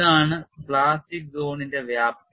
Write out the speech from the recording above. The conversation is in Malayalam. ഇതാണ് പ്ലാസ്റ്റിക് സോണിന്റെ വ്യാപ്തി